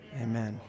amen